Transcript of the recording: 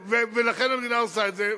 ולכן המדינה עושה את זה,